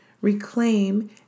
reclaim